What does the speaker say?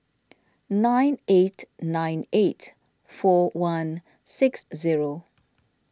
nine eight nine eight four one six zero